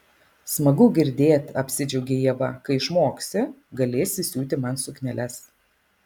smagu girdėt apsidžiaugė ieva kai išmoksi galėsi siūti man sukneles